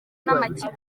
n’amakipe